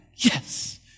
yes